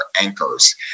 anchors